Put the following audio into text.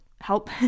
help